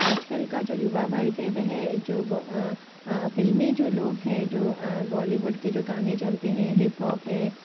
आजकल का जो युवा वर्ग है वह जो फ़िल्मी जो लोग है जो बॉलीवुड के जो गाने चलते हैं हिप हॉप है